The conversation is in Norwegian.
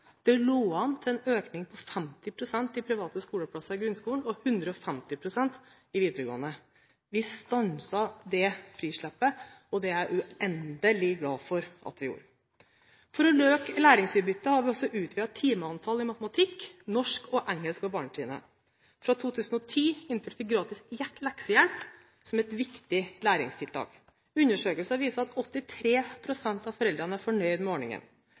Det lå an til en økning på 50 pst. i antall private skoleplasser i grunnskolen og en økning på 150 pst. i videregående. Vi stanset dette frislippet, og det er jeg uendelig glad for at vi gjorde. For å øke læringsutbyttet har vi også utvidet timetallet i matematikk, norsk og engelsk på barnetrinnet. Fra 2010 innførte vi gratis leksehjelp som et viktig læringstiltak. Undersøkelser viser at 83 pst. av foreldrene er fornøyd med ordningen,